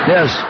Yes